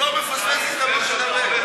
תן לי, אני אדבר גם עליך.